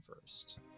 first